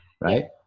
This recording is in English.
Right